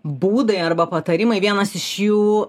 būdai arba patarimai vienas iš jų